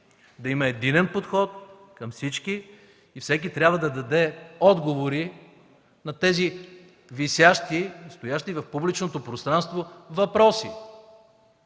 да има единен подход към всички и всеки трябва да даде отговори на тези висящи, стоящи в публичното пространство въпроси.